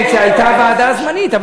כן, כי הייתה הוועדה הזמנית.